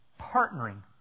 partnering